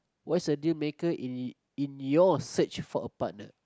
what's the dealmaker in y~ in your search for a partner